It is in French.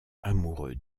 amoureux